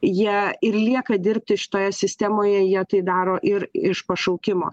jie ir lieka dirbti šitoje sistemoje jie tai daro ir iš pašaukimo